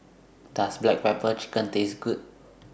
Does Black Pepper Chicken Taste Good